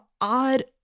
odd